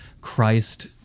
Christ